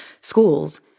schools